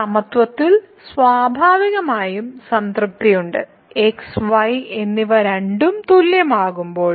സമത്വത്തിൽ സ്വാഭാവികമായും സംതൃപ്തിയുണ്ട് x y എന്നിവ രണ്ടും തുല്യമാകുമ്പോൾ